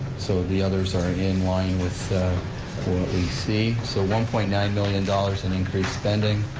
so the others are in line with what we see. so one point nine million dollars in increased spending.